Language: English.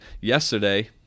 yesterday